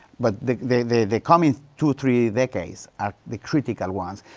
but the, the, the the coming two, three decades are the critical ones.